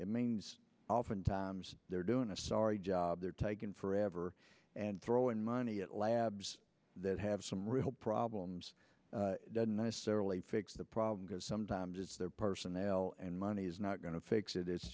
it means oftentimes they're doing a sorry job they're taking forever and throwing money at labs that have some real problems doesn't necessarily fix the problem because sometimes it's their personnel and money is not going to fix it it's